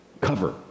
cover